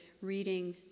reading